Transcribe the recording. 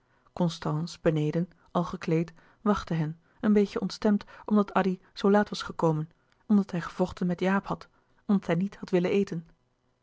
constance beneden al gekleed wachtte hen een beetje ontstemd omdat addy zoo laat was gekomen omdat hij gevochten met jaap had omdat hij niet had willen eten